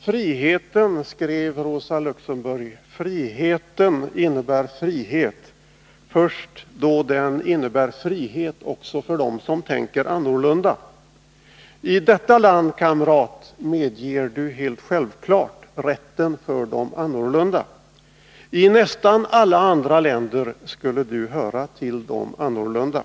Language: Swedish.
”Friheten, skrev Rosa Luxemburg friheten innebär frihet först då den innebär frihet också för dem som tänker annorlunda. I detta land, kamrat, medger du, helt självklart, rätten för de annorlunda. I nästan alla andra länder hör du till de annorlunda.